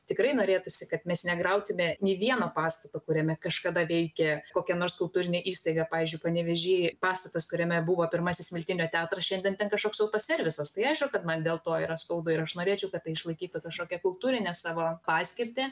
tikrai norėtųsi kad mes negriautume nė vieno pastato kuriame kažkada veikė kokia nors kultūrinė įstaiga pavyzdžiui panevėžy pastatas kuriame buvo pirmasis miltinio teatras šiandien ten kažkoks autoservisas tai aišku kad man dėl to yra skaudu ir aš norėčiau kad tai išlaikytų kažkokią kultūrinę savo paskirtį